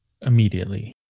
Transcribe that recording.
immediately